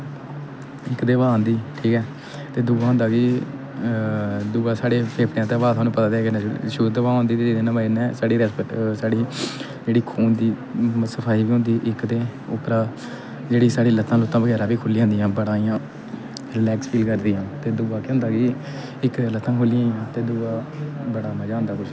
इक ते ब्हा आंदी ठीक ऐ ते दूआ होंदा कि दूआ साढ़े फेफड़े आस्तै ब्हा थुआनू ते पता ते एह् कि कि'न्ना शुद्ध ब्हा होंदी इ'दे कन्नै मजे कन्नै साढ़ेी जेह्ड़ी खून दी सफाई बी होंदी इक ते उप्परां जेह्ड़ियां साढ़ियां लत्तां लुत्तां बगैरा बी खुल्ली आंदियां बड़ा इ'यां रिलैक्स फील करदियां ते दूआ केह् होंदा ऐ केह् इक लत्तां खुल्ली जंदियां ते दूआ